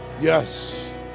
Yes